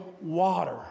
water